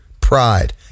pride